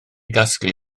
gasglu